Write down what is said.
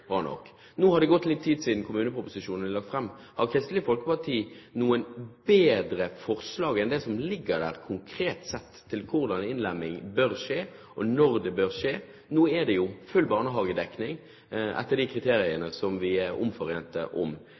nok. Nå har det gått litt tid siden kommuneproposisjonen ble lagt fram. Har Kristelig Folkeparti noen bedre forslag enn det som ligger der, konkret sett, til hvordan innlemming bør skje, og når det bør skje? Nå er det jo full barnehagedekning etter de kriteriene som vi er forente om.